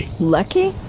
Lucky